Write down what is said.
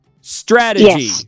Strategy